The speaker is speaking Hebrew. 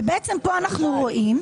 פה אנחנו רואים,